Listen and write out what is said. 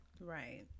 right